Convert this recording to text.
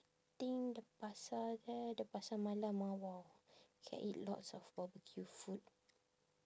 think the pasar there the pasar malam ah !wow! can eat lots of barbeque food